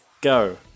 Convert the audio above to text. go